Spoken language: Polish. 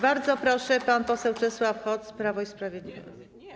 Bardzo proszę, pan poseł Czesław Hoc, Prawo i Sprawiedliwość.